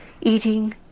Eating